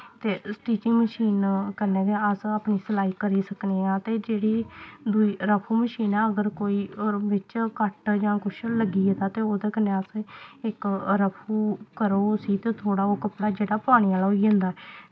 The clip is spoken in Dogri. ते स्टिचिंग मशीन कन्नै गै अस अपनी सलाई करी सकने आं ते जेह्ड़ी दूई आक्खो मशीन अगर कोई बिच्च कट्ट जां कुछ लग्गी गेदा तां ओह्दे कन्नै अस इक रफू करो उसी ते थोह्ड़ा ओह् कपड़ा जेह्ड़ा पाने आह्ला होई जंदा